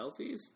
selfies